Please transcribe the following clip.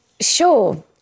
Sure